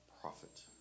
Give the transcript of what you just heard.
prophet